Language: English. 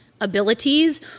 abilities